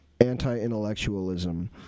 anti-intellectualism